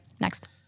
next